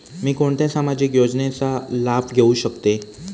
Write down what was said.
मी कोणत्या सामाजिक योजनेचा लाभ घेऊ शकते?